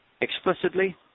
explicitly